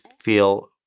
feel